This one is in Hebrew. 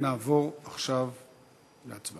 נעבור עכשיו להצבעה.